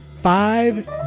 five